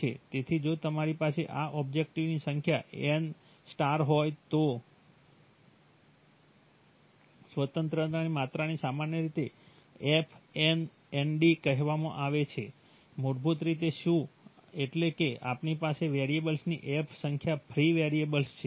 તેથી જો તમારી પાસે આવા ઓબ્જેક્ટિવ્સની સંખ્યા n હોય તો સ્વતંત્રતાની માત્રાને સામાન્ય રીતે f n nd કહેવામાં આવે છે મૂળભૂત રીતે શું એટલે કે તમારી પાસે વેરિયેબલ્સની f સંખ્યા ફ્રી વેરિયેબલ્સ છે